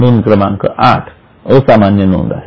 नोंद क्रमांक आठ असामान्य नोंद आहे